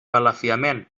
balafiament